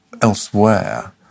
elsewhere